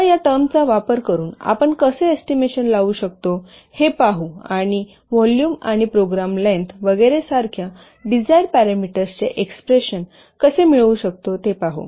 आता या टर्मचा वापर करून आपण कसे एस्टिमेशन लावू शकतो ते पाहू आणि व्हॉल्युम आणि प्रोग्राम लेन्थ वगैरे सारख्या डिझायर पॅरामीटर्सचे एक्सप्रेशन कसे मिळवू शकतो ते पाहू